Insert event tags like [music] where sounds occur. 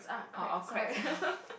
orh orh cracks okay [laughs]